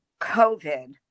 COVID